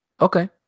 Okay